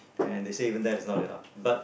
and they say even that is not enough but